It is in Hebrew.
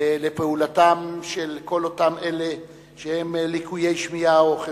למען פעולתם של כל אותם אלה שהם לקויי שמיעה או חירשים,